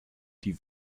die